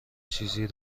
چیزی